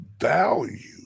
value